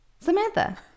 Samantha